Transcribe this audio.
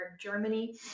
Germany